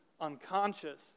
unconscious